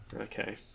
Okay